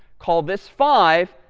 call this five,